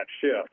shift